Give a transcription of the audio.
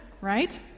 right